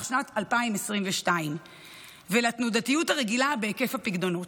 שנת 2022 ולתנודתיות הרגילה בהיקף הפיקדונות.